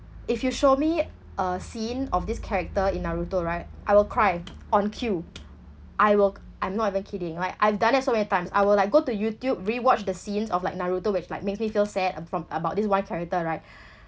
if you show me a scene of this character in naruto right I will cry on cue I will I'm not even kidding like I've done that so many times I will like go to youtube rewatched the scenes of like naruto which like makes me feel sad from about this one character right